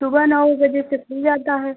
सुबह नौ बजे से खुल जाता है